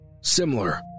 Similar